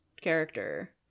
character